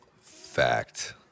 Fact